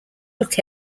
look